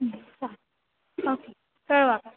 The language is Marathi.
हां ओके कळवा कळवा